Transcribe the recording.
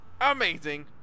amazing